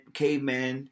caveman